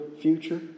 future